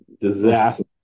disaster